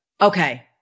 Okay